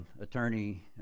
attorney